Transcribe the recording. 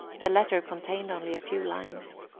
the letter contained only a few lines.